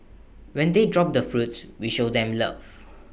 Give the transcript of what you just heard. when they drop the fruits we show them love